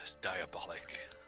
diabolic